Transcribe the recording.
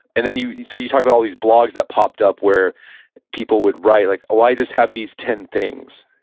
and then you, so you talk about all these blogs that popped up where people would write, like, oh, i just have these ten things,